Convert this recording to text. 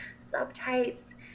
subtypes